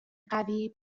قوی